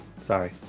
Sorry